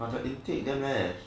but the intake damn less